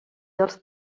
dels